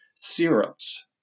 syrups